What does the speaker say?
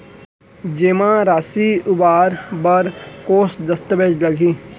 जेमा राशि उबार बर कोस दस्तावेज़ लागही?